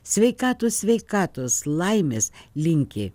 sveikatos sveikatos laimės linki